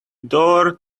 door